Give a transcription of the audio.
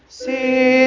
see